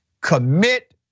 commit